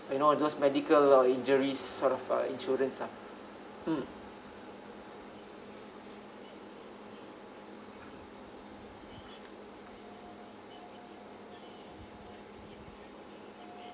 you know those medical or injuries sort of uh insurance lah mm